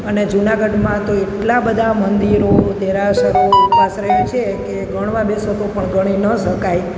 અને જુનાગઢમાં તો એટલા બધા મંદિરો દેરાસરો આસરે છે કે એ ગણવા બેસો તો પણ ગણી ન શકાય